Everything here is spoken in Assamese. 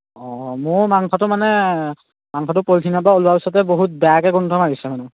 অঁ মোৰ মাংসটো মানে মাংসটো পলিথিনৰপৰা ওলোৱা পিছতে বহুত বেয়াকৈ গোন্ধ মাৰিছে মানে